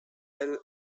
bell